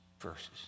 verses